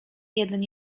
jeden